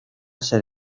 ser